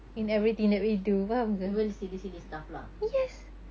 mm even the silly silly stuff lah